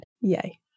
Yay